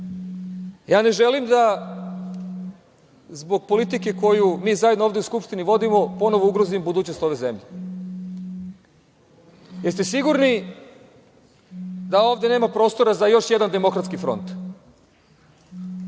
ne želim da zbog politike koju mi zajedno ovde u Skupštini vodimo, ponovo ugrozim budućnost ove zemlje. Da li ste sigurni da ovde nema prostora za još jedan demokratski front?